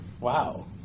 wow